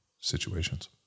situations